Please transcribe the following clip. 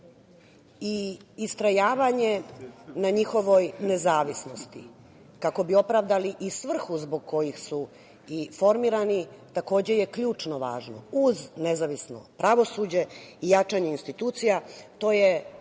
i istrajavanje na njihovoj nezavisnosti kako bi opravdali i svrhu zbog koje su i formirana takođe je ključno važno. Uz nezavisno pravosuđe i jačanje institucija to je,